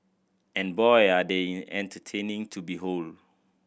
and boy are they entertaining to behold